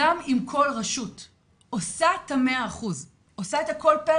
גם אם כל רשות עושה את ה-100% ועושה את הכל משולם,